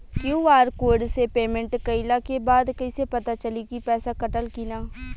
QR code से payment कईला के बाद कईसे पता चली की पैसा कटल की ना?